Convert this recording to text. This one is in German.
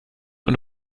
und